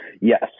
Yes